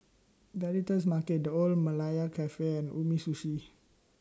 The Editor's Market The Old Malaya Cafe and Umisushi